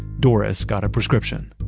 doris got a prescription.